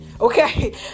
okay